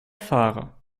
fahrer